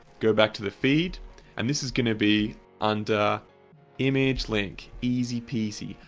go back to the feed and this is going to be under image link, easy peasy,